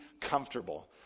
comfortable